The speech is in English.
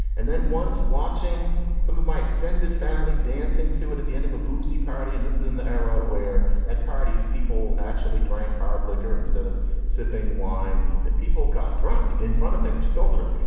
and then once watching some of my extended family dancing to it at the end of a boozy party, and this is in the era where at parties, people actually drank hard liquor instead of sipping wine mean that people got drunk in front of their children.